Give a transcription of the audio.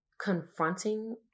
confronting